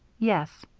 yes.